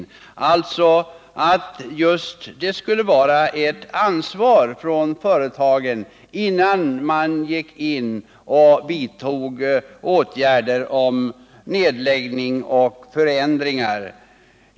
Det innebar att 121 det skulle finnas ett ansvar hos företagen innan åtgärder vidtogs, i form av nedläggning eller förändringar.